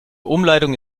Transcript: umleitung